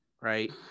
right